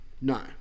no